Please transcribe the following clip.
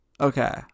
okay